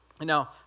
Now